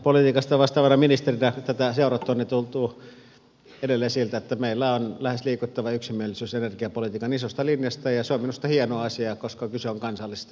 energiapolitiikasta vastaavana ministerinä tätä seurattuani tuntuu edelleen siltä että meillä on lähes liikuttava yksimielisyys energiapolitiikan isosta linjasta ja se on minusta hieno asia koska kyse on kansallisesti merkittävästä asiasta